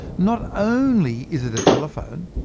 not only is it a telephone,